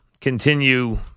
continue